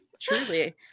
truly